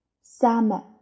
summer